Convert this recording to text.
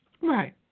Right